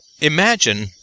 imagine